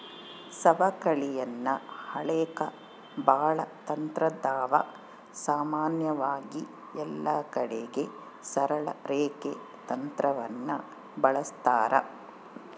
ಸವಕಳಿಯನ್ನ ಅಳೆಕ ಬಾಳ ತಂತ್ರಾದವ, ಸಾಮಾನ್ಯವಾಗಿ ಎಲ್ಲಕಡಿಗೆ ಸರಳ ರೇಖೆ ತಂತ್ರವನ್ನ ಬಳಸ್ತಾರ